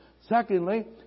Secondly